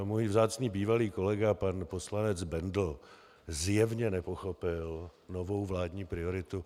Můj vzácný bývalý kolega pan poslanec Bendl zjevně nepochopil novou vládní prioritu.